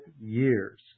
years